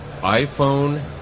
iPhone